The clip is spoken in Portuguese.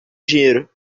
dinheiro